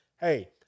Hey